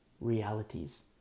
realities